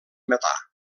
metà